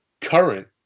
current